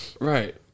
right